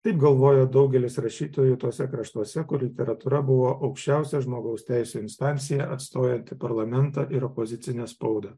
taip galvojo daugelis rašytojų tuose kraštuose kur literatūra buvo aukščiausia žmogaus teisių instancija atstojanti parlamentą ir opozicinę spaudą